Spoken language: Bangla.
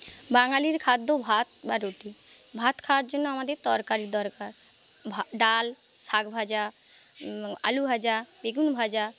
বাঙালির খাদ্য ভাত বা রুটি ভাত খাওয়ার জন্য আমাদের তরকারি দরকার ভা ডাল শাকভাজা আলু ভাজা বেগুন ভাজা